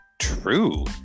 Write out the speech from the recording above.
true